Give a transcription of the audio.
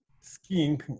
skiing